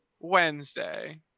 Wednesday